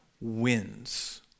wins